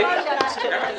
משלך.